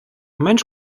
менш